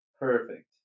Perfect